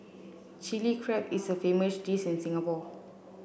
Chilli Crab is a famous dish in Singapore